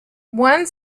one